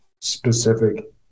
specific